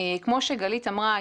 כמו שגלית אמרה,